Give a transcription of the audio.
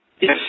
Yes